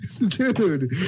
Dude